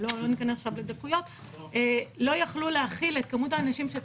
ניכנס עכשיו לדקויות - לא יכלו להכיל את כמות האנשים.